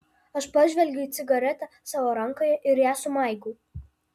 aš pažvelgiu į cigaretę savo rankoje ir ją sumaigau